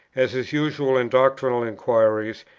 as is usual in doctrinal inquiries,